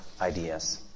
ideas